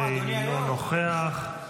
אינו נוכח.